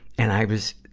and i was,